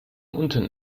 unten